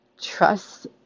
Trust